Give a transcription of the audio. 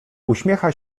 uśmiecha